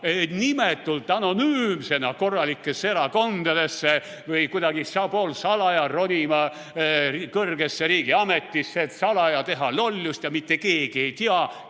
nimetult, anonüümsena korralikesse erakondadesse või kuidagi poolsalaja ronima kõrgesse riigiametisse, et salaja teha lollust, ja mitte keegi ei tea,